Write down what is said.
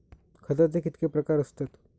खताचे कितके प्रकार असतत?